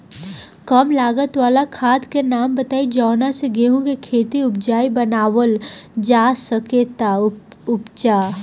कम लागत वाला खाद के नाम बताई जवना से गेहूं के खेती उपजाऊ बनावल जा सके ती उपजा?